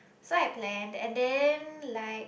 so I planned and then like